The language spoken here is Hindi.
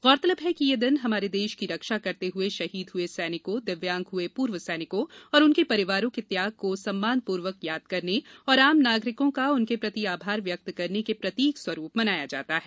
गौरतलब है कि यह दिन हमारे देश की रक्षा करते हए शहीद हुए सैनिकों दिव्यांग हुए पूर्व सैनिकों और उनके परिवारों के त्याग को सम्मान पूर्वक याद करने एवं आम नागरिकों का उनके प्रति आभार व्यक्त करने के प्रतीक स्वरूप मनाया जाता है